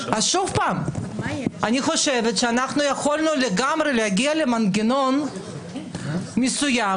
אני חושבת שיכולנו לגמרי להגיע למנגנון מסוים